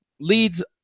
Leads